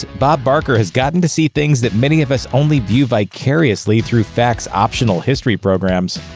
bob barker has gotten to see things that many of us only view vicariously through facts-optional history programs.